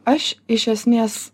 aš iš esmės